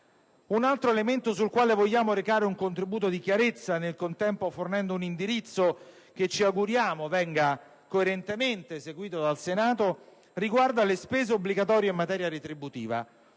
Un altro elemento sul quale vogliamo recare un contributo di chiarezza, nel contempo fornendo un indirizzo che ci auguriamo venga coerentemente seguito dal Senato, riguarda le spese obbligatorie in materia retributiva.